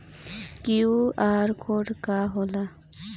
QR code का होला?